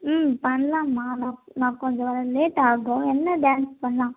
ம் பண்ணலாம்மா நான் நான் கொஞ்சம் லேட் ஆகும் என்ன டான்ஸ் பண்ணலாம்